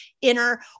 inner